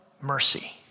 mercy